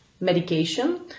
medication